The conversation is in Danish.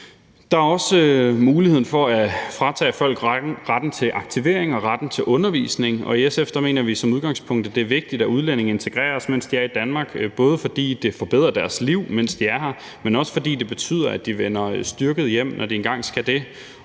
Der er også muligheden for at fratage folk retten til aktivering og retten til undervisning. I SF mener vi som udgangspunkt, det er vigtigt, at udlændinge integreres, mens de er i Danmark, både fordi det forbedrer deres liv, mens de er her, men også fordi det betyder, at de vender styrket hjem, når de engang skal det,